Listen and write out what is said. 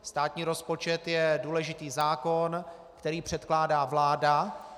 Státní rozpočet je důležitý zákon, který předkládá vláda.